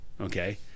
Okay